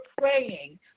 praying